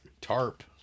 tarp